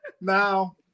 Now